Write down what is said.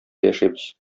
яшибез